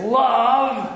love